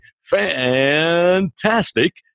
fantastic